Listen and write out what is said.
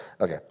Okay